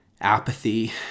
apathy